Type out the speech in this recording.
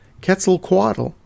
Quetzalcoatl